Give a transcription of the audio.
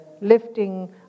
lifting